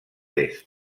est